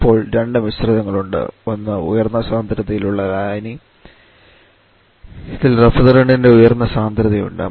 ഇപ്പോൾ രണ്ട് മിശ്രിതങ്ങളുണ്ട് ഒന്ന് ഉയർന്ന സാന്ദ്രതയുള്ള ലായനി ഇതിൽ റെഫ്രിജറന്റ്ൻറെ ഉയർന്ന സാന്ദ്രത ഉണ്ട്